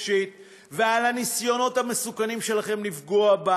חופשית ועל הניסיונות המסוכנים שלכם לפגוע בה.